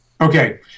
Okay